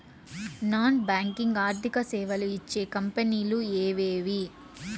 Non banking ఆర్థిక సేవలు ఇచ్చే కంపెని లు ఎవేవి?